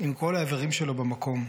/ אם כל האיברים שלו במקום.